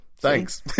thanks